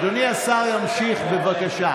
אדוני השר ימשיך, בבקשה.